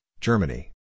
Germany